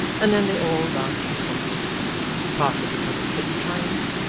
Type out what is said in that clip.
and then they all laughed in concert partly because of kit's triumph,